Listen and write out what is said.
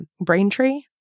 Braintree